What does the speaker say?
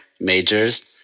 majors